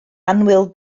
annwyl